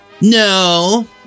No